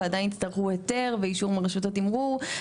עדיין יצטרכו היתר ואישור מרשות התמרור,